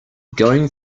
going